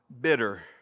Bitter